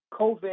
COVID